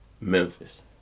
Memphis